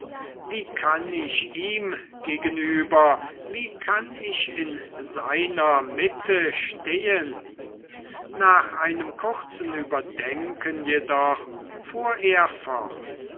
wie kann ich ihm gegenüber wie kann ich in seiner mitte stehen nach einem kurzen überdenken jedoch